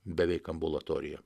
beveik ambulatoriją